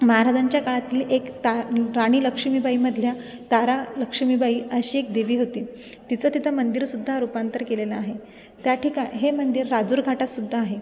महाराजांच्या काळातली एक ता राणी लक्ष्मीबाई मधल्या तारा लक्ष्मीबाई अशी एक देवी होती तिचं तिथं मंदिरसुद्धा रूपांतर केलेलं आहे त्या ठिकाणी हे मंदिर राजूर घाटात सुद्धा आहे